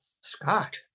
Scott